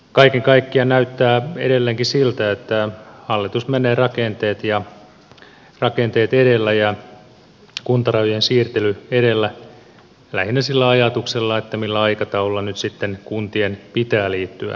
kaiken kaikkiaan näyttää edelleenkin siltä että hallitus menee rakenteet edellä ja kuntarajojen siirtely edellä lähinnä sillä ajatuksella millä aikataululla nyt sitten kuntien pitää liittyä toisiinsa